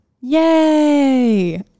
Yay